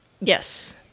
Yes